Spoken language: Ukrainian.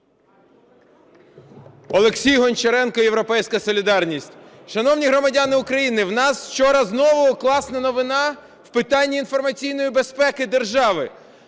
Олексій Гончаренко, "Європейська солідарність". Шановні громадяни України, у нас вчора знову класна новина в питанні інформаційної безпеки держави.